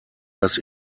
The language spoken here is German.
das